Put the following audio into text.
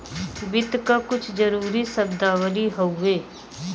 वित्त क कुछ जरूरी शब्दावली हउवे